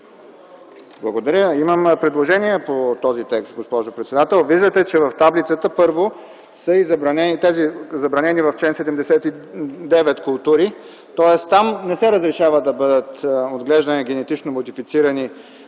Благодаря. Имам предложение по този текст, госпожо председател. Виждате, че в таблицата първо са тези, забранени в чл. 79 култури. Тоест там не се разрешава да бъдат отглеждани генетично модифицирани